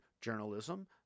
journalism